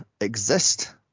exist